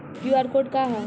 QR code का ह?